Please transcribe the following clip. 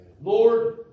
Lord